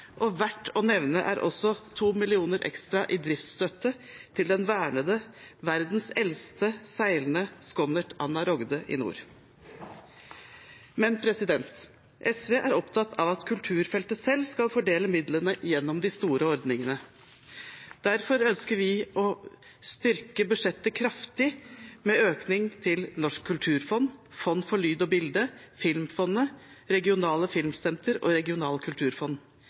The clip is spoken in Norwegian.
og verdt å nevne er også 2 mill. kr ekstra i driftsstøtte til den vernede, verdens eldste seilende skonnert «Anna Rogde» i nord. SV er opptatt av at kulturfeltet selv skal fordele midlene gjennom de store ordningene. Derfor ønsker vi å styrke budsjettet kraftig med økning til Norsk kulturfond, Fond for lyd og bilde, filmfondet, regionale filmsentre og regionale kulturfond.